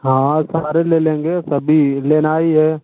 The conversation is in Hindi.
हाँ सारे ले लेंगे सभी लेना ही है